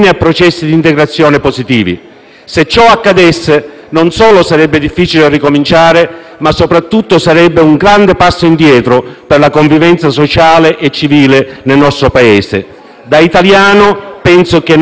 Se ciò accadesse, non solo sarebbe difficile ricominciare, ma soprattutto sarebbe un grande passo indietro per la convivenza sociale e civile nel nostro Paese. Da italiano, penso che non sia quello che tutti ci auguriamo.